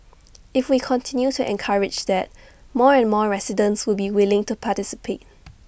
if we continue to encourage that more and more residents will be willing to participate